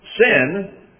Sin